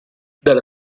dalla